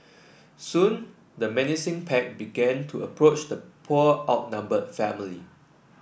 soon the menacing pack began to approach the poor outnumbered family